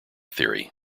theory